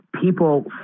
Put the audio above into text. people